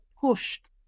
pushed